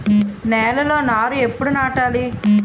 నేలలో నారు ఎప్పుడు నాటాలి?